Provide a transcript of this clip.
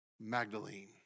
Magdalene